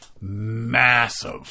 massive